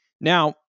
Now